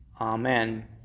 Amen